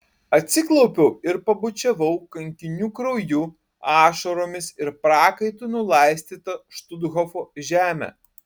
atsiklaupiau ir pabučiavau kankinių krauju ašaromis ir prakaitu nulaistytą štuthofo žemę